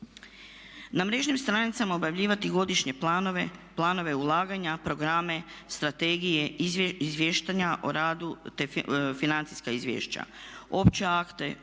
Na mrežnim stranicama objavljivati godišnje planove, planove ulaganja, programe, strategije izvještaja o radu te financijska izvješća. Opće akte,